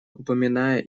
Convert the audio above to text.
упоминая